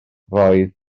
roedd